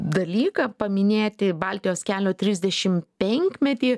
dalyką paminėti baltijos kelio trisdešimt penkmetį